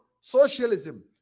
Socialism